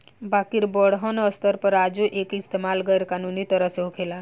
बाकिर बड़हन स्तर पर आजो एकर इस्तमाल गैर कानूनी तरह से होखेला